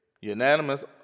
unanimous